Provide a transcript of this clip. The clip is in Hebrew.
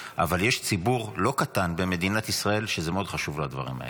אבל יש ציבור לא קטן במדינת ישראל שזה מאוד חשוב לו הדברים האלה.